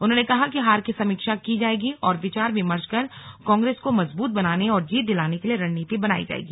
उन्होंने कहा कि हार की समीक्षा की जायेगी और विचार विमर्श कर कांग्रेस को मजबूत बनाने और जीत दिलाने के लिए रणनीति बनायी जायेगी